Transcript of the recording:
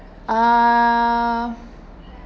err